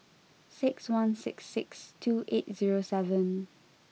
six one six six two eight zero seven